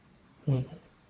mm